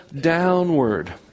downward